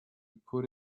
put